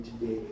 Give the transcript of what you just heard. today